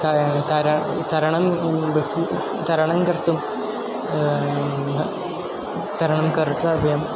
त तर तरणं तरणं कर्तुं तरणं कर्तव्यम्